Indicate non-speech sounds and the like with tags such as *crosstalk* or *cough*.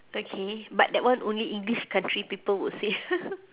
okay but that one only english country people would say *laughs*